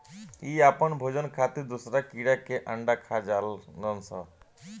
इ आपन भोजन खातिर दोसरा कीड़ा के अंडा खा जालऽ सन